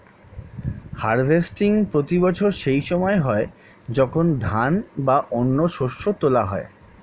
harvesting প্রতি বছর সেই সময় হয় যখন ধান বা অন্য শস্য তোলা হয়